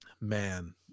man